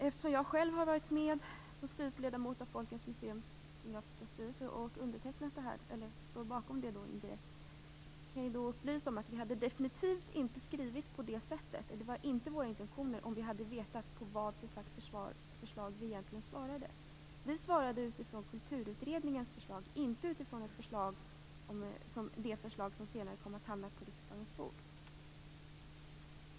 Eftersom jag själv har varit med som styrelseledamot i Folkens museums etnografiska styrelse och indirekt står bakom detta kan jag upplysa om att vi definitivt inte hade skrivit på det sättet om vi hade vetat vilken sorts förslag vi egentligen svarat på. Vi svarade utifrån Kulturutredningens förslag, inte utifrån det förslag som senare kom att hamna på riksdagens bord.